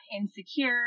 insecure